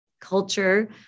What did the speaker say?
culture